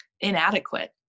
inadequate